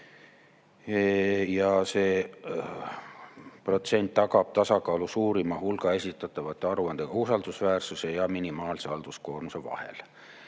See protsent tagab tasakaalu suurima hulga esitatavate aruannete usaldusväärsuse ja minimaalse halduskoormuse vahel.